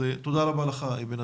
תודה רבה לך בינתיים.